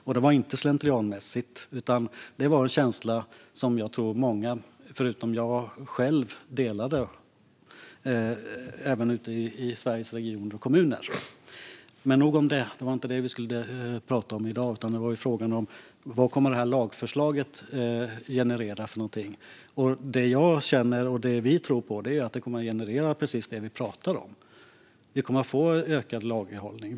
Och det var inte slentrianmässigt, utan det var en känsla som jag tror att många utöver mig - även ute i Sveriges regioner och kommuner - delade. Men nog om det; det var inte det vi skulle prata om i dag. Frågan i dag gäller vad lagförslaget kommer att generera. Det jag känner och det vi tror på är att det kommer att generera precis det vi pratar om. Vi kommer att få ökad lagerhållning.